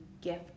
gift